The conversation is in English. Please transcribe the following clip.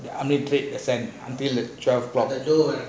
only trade accept until the twelve o'clock